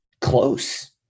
close